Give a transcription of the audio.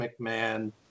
McMahon